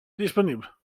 disponibles